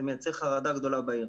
זה מייצר חרדה גדולה בעיר.